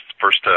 first